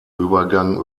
übergang